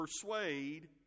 persuade